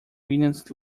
williams